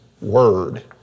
word